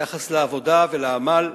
על היחס לעבודה ולעמל,